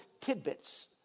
tidbits